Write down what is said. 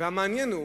והמעניין הוא